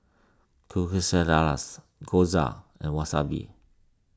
Quesadillas Gyoza and Wasabi